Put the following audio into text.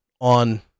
on